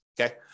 okay